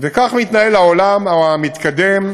וכך מתנהל העולם המתקדם,